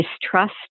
distrust